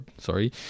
sorry